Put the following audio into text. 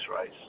race